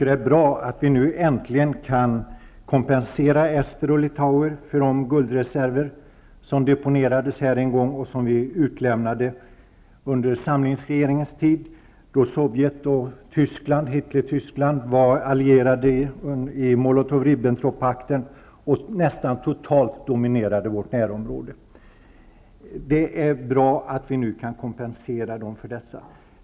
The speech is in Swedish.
Det är bra att vi nu äntligen kan kompensera ester och litauer för de guldreserver som deponerades här en gång och som vi utlämnade under samlingsregeringens tid, då Sovjet och Ribbentrop-pakten och nästan totalt dominerade vårt närområde. Det är bra att vi nu kan kompensera de baltiska staterna för detta.